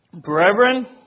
Brethren